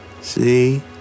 See